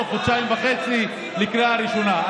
ולהביא אותו בתוך חודשיים וחצי לקריאה ראשונה.